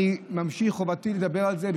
אני ממשיך, חובתי לדבר על זה.